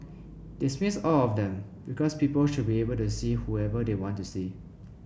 dismiss all of them because people should be able to see whoever they want to see